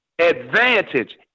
advantage